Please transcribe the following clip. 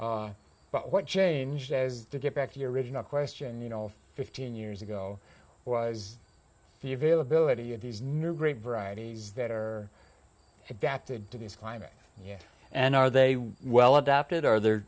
but what changed as to get back to the original question you know fifteen years ago was the availability of these new great varieties that are adapted to these climate yet and are they well adapted are there